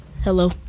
Hello